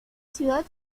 ciudad